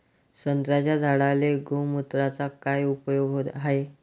संत्र्याच्या झाडांले गोमूत्राचा काय उपयोग हाये?